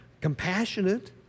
Compassionate